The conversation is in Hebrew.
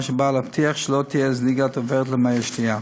שבא להבטיח שלא תהיה זליגת עופרת למי השתייה.